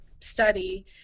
study